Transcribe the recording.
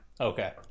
Okay